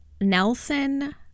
Nelson